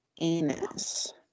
anus